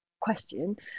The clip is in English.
question